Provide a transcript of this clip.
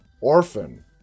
Orphan